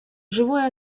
живое